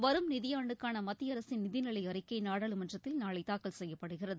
வரும் நிதியாண்டுக்கான மத்திய அரசின் நிதிநிலை அறிக்கை நாடாளுமன்றத்தில் நாளை தாக்கல் செய்யப்படுகிறது